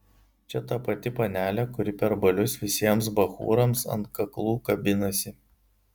čia ta pati panelė kuri per balius visiems bachūrams ant kaklų kabinasi